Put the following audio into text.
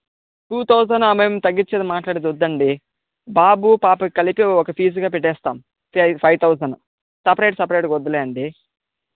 two థౌజండా మేము తగ్గించేది మాట్లాడేది వద్దండీ బాబు పాపకి కలిపి ఒక ఫీజుగా పెట్టేస్తాము సరే ఫైవ్ థౌజండ్ సపరేట్ సపరేట్గా వద్దులేండి